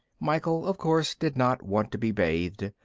michael, of course, did not want to be bathed,